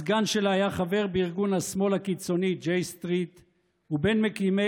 הסגן שלה היה חבר בארגון השמאל הקיצוני J Street ובין מקימי